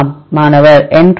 மாணவர் என்ட்ரோபி